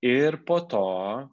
ir po to